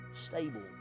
stable